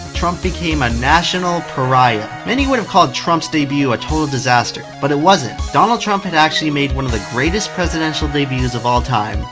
trump became a national pariah. many would have called trump's debut a total disaster. but it wasn't. donald trump had actually made one of the greatest presidential debuts of all time.